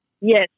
Yes